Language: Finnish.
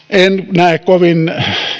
näe kovin